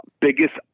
biggest